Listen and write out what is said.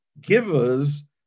givers